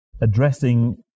addressing